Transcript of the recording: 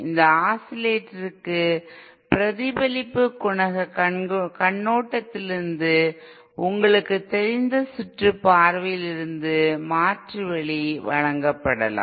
இந்த ஆஸிலேட்டருக்கு பிரதிபலிப்பு குணகக் கண்ணோட்டத்திலிருந்து உங்களுக்குத் தெரிந்த சுற்று பார்வையில் இருந்து மாற்று வழி வழங்கப்படலாம்